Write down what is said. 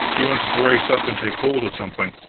you want to brace up, and take hold of something.